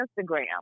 Instagram